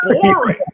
boring